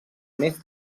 més